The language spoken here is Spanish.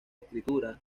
escritura